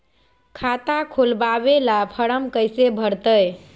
खाता खोलबाबे ला फरम कैसे भरतई?